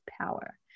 power